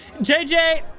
jj